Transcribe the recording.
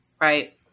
right